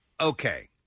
okay